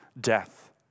death